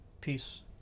peace